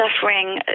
suffering